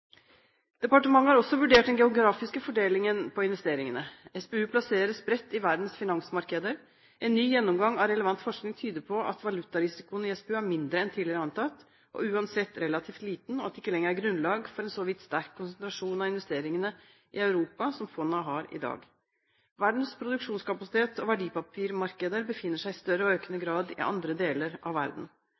Departementet har også vurdert den geografiske fordelingen på investeringene. SPU plasseres bredt i verdens finansmarkeder. En ny gjennomgang av relevant forskning tyder på at valutarisikoen i SPU er mindre enn tidligere antatt, og uansett relativt liten, og at det ikke lenger er grunnlag for en så vidt sterk konsentrasjon av investeringene i Europa som fondet har i dag. Verdens produksjonskapasitet og verdipapirmarkeder befinner seg i større og økende grad i andre deler av verden.